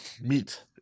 meat